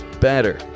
better